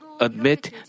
admit